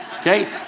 okay